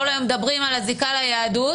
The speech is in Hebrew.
כל היום מדברים על הזיקה ליהדות,